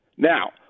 Now